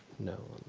no.